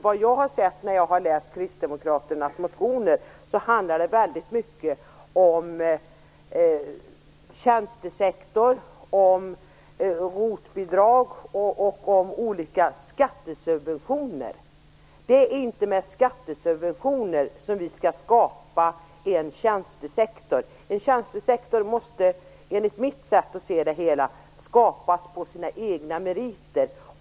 Vad jag har sett när jag har läst kristdemokraternas motioner handlar de väldigt mycket om tjänstesektorn, ROT-bidrag och om olika skattesubventioner. Det är inte med skattesubventioner som vi skall skapa en tjänstesektor. En tjänstesektor måste, enligt mitt sätt att se det hela, skapas på sina egna meriter.